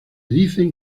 dicen